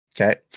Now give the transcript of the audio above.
Okay